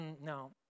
no